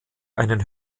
einen